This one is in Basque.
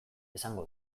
esango